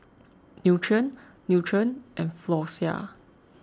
Nutren Nutren and Floxia